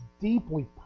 deeply